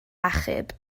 achub